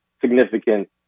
significant